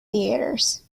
theatres